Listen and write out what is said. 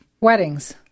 Weddings